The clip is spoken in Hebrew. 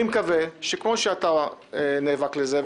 אני מקווה שכמו שאתה נאבק על זה,